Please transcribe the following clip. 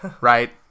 Right